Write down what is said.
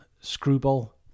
screwball